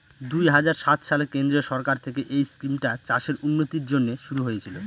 দুই হাজার সাত সালে কেন্দ্রীয় সরকার থেকে এই স্কিমটা চাষের উন্নতির জন্যে শুরু হয়েছিল